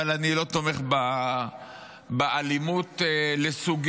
אבל אני לא תומך באלימות לסוגיה